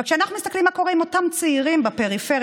אבל כשאנחנו מסתכלים מה קורה עם אותם צעירים בפריפריה,